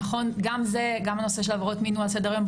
גם נושא עבירות המין הוא על סדר היום,